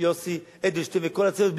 יוסי אדלשטיין וכל הצוות,